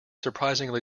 surprisingly